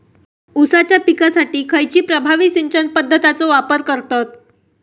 ऊसाच्या पिकासाठी खैयची प्रभावी सिंचन पद्धताचो वापर करतत?